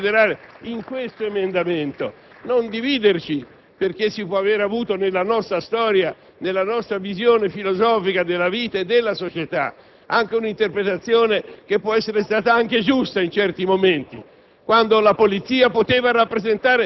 una situazione del tutto ideologica. Non credo che su materie giuridiche vi debbano essere bardature ideologiche. È un problema che riguarda un'attività di lavoratori della Polizia (mi permetto di usare questo termine).